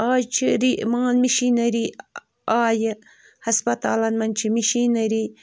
اَز چھِ رِمان مشیٖنٔری آیہِ ہسپتالن منٛز چھِ مشیٖنٔری